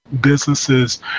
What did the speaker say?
businesses